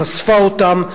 חשפה אותם,